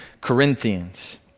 Corinthians